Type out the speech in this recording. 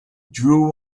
drew